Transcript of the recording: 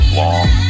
long